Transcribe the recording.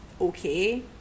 okay